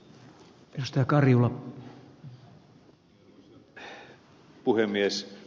arvoisa puhemies